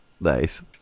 nice